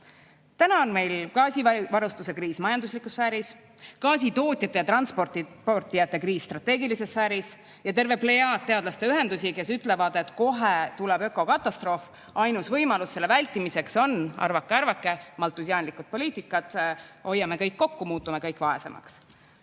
on meil gaasivarustuse kriis majanduslikus sfääris, gaasitootjate ja -transportijate kriis strateegilises sfääris ja terve plejaad teadlaste ühendusi, kes ütlevad, et kohe tuleb ökokatastroof, ainus võimalus selle vältimiseks on – arvake-arvake! – maltusiaanlik poliitika. Hoiame kõik kokku, muutume kõik vaesemaks!